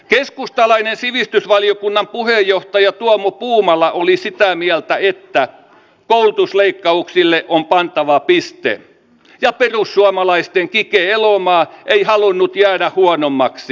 keskustalainen sivistysvaliokunnan puheenjohtaja tuomo puumala oli sitä mieltä että koulutusleikkauksille on pantava piste ja perussuomalaisten kike elomaa ei halunnut jäädä huonommaksi